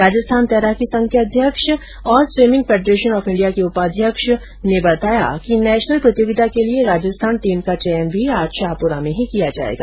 राजस्थान तैराकी संघ के अध्यक्ष और स्वीमिंग फैडरेशन ऑफ इंडिया के उपाध्यक्ष अनिल व्यास ने बताया कि नेशनल प्रतियोगिता के लिए राजस्थान टीम का चयन भी आज शाहपुरा में ही किया जाएगा